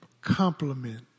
Compliment